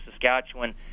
Saskatchewan